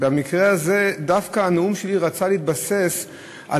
במקרה הזה דווקא הנאום שלי רצה להתבסס על